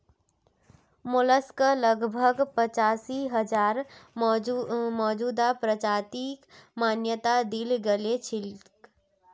mollusc लगभग पचासी हजार मौजूदा प्रजातिक मान्यता दील गेल छेक